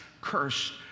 cursed